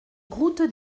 route